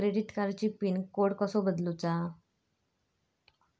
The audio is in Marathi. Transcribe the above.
क्रेडिट कार्डची पिन कोड कसो बदलुचा?